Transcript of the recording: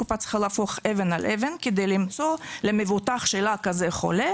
קופה צריכה להפוך אבן על אבן כדי למצוא למבוטח שלה כזה חולה,